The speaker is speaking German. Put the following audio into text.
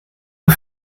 der